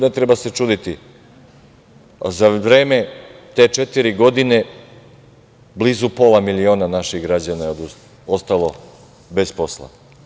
Ne treba se čuditi, za vreme te četiri godine blizu pola miliona naših građana je ostalo bez posla.